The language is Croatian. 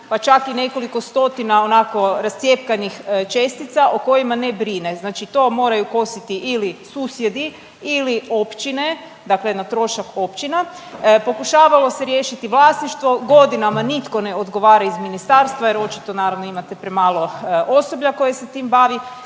pa čak i nekoliko stotina, onako rascjepkanih čestica o kojima ne brine. Znači to moraju kositi ili susjedi ili općine dakle na trošak općina. Pokušavalo se riješiti vlasništvo, godinama nitko ne odgovara iz ministarstva jer očito naravno imate premalo osoblja koje se tim bavi